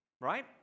right